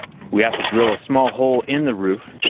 we have to drill a small hole in the roof,